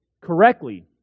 correctly